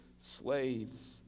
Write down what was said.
slaves